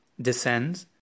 descends